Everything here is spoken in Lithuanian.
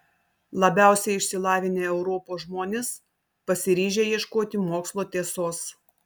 labiausiai išsilavinę europos žmonės pasiryžę ieškoti mokslo tiesos